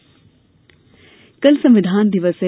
संविधान दिवस कल संविधान दिवस है